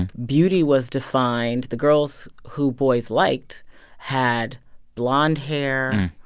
and beauty was defined the girls who boys liked had blonde hair,